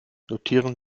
notieren